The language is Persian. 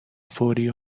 فوری